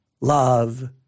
love